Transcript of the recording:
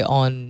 on